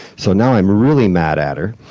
so now i'm really mad at her,